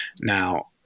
Now